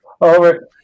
Over